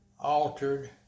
altered